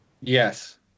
Yes